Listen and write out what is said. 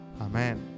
Amen